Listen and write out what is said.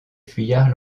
fuyards